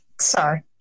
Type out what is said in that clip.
Sorry